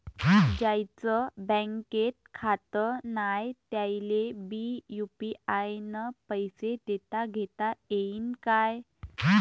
ज्याईचं बँकेत खातं नाय त्याईले बी यू.पी.आय न पैसे देताघेता येईन काय?